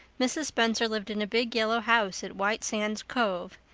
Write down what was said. mrs. spencer lived in a big yellow house at white sands cove,